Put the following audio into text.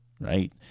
right